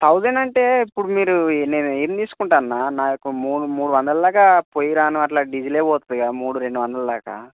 thousand అంటే ఇప్పుడు మీరు నేను ఏం తీసుకుంటాను అన్నా నాకు మూడు మూడు వందల దాకా పోయి రాను అట్లా డీజిలే పోతుంది కదా మూడు రెండు వందల దాకా